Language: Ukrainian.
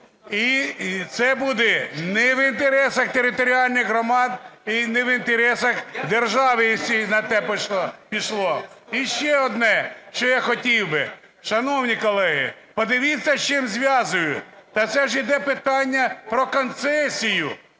і це буде не в інтересах територіальних громад і не в інтересах держави, якщо на те пішло. Ще одне, що я хотів би. Шановні колеги, подивіться з чим зв'язують: та це ж іде питання про концесію.